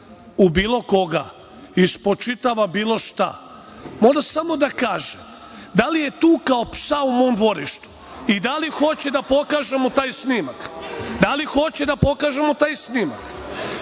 u bilo koga i spočitava bilo šta, mora samo da kaže da li je tukao psa u mom dvorištu i da li hoće da pokažem mu taj snimak, da li hoće da pokažemo taj snimak.